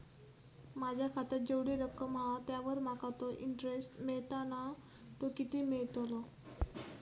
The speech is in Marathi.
माझ्या खात्यात जेवढी रक्कम हा त्यावर माका तो इंटरेस्ट मिळता ना तो किती मिळतलो?